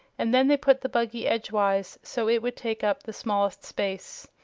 and then they put the buggy edgewise, so it would take up the smallest space.